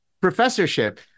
professorship